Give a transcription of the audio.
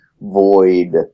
void